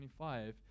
25